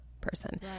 person